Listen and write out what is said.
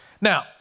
Now